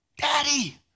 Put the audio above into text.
Daddy